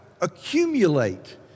accumulate